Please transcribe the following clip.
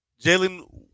Jalen